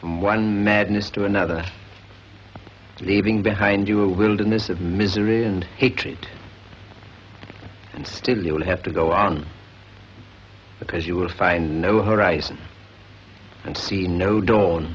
from one madness to another leaving behind you a wilderness of misery and hatred and still you will have to go on because you will find no horizon and see no d